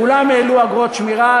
כולם העלו אגרות שמירה,